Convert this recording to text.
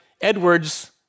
Edwards